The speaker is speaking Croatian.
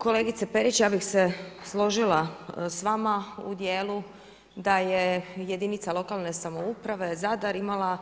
Kolegice Perić, ja bih se složila s vama u dijelu da je jedinica lokalne samouprave Zadar imala